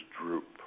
droop